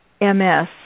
MS